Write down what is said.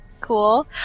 Cool